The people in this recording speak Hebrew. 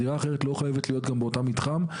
הדירה האחרת לא חייבת להיות גם באותו המתחם.